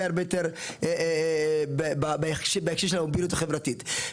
הרבה יותר בהקשר של הפעילות החברתית,